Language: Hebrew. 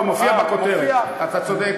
מופיע בכותרת, אתה צודק.